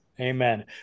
Amen